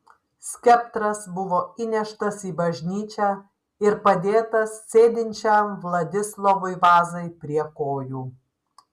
skeptras buvo įneštas į bažnyčią ir padėtas sėdinčiam vladislovui vazai prie kojų